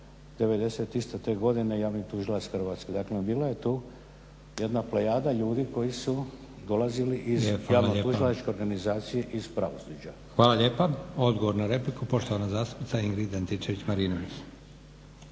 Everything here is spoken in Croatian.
iste te godine javni tužilac Hrvatske. Daklem, bila je tu jedna plejada ljudi koji su dolazili iz javno-tužiteljske organizacije iz pravosuđa. **Leko, Josip (SDP)** Hvala lijepa. Odgovor na repliku, poštovana zastupnica Ingrid Antičević-Marinović.